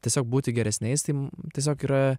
tiesiog būti geresniais tai tiesiog yra